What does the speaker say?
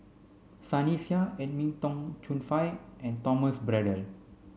Sunny Sia Edwin Tong Chun Fai and Thomas Braddell